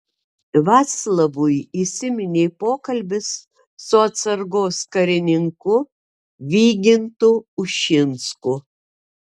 vaclavui įsiminė pokalbis su atsargos karininku vygintu ušinsku